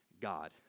God